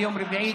ביום רביעי,